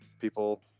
people